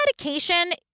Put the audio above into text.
medication